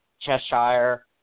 Cheshire